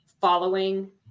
following